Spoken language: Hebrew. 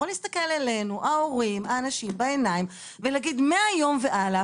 יכול להסתכל אלינו ההורים והאנשים בעיניים ולהגיד שמהיום והלאה,